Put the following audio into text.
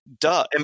duh